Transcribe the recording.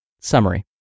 Summary